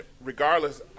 Regardless